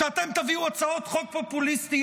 שאתם תביאו הצעות חוק פופוליסטיות,